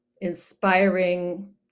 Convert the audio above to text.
inspiring